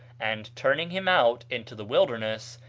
and turning him out into the wilderness,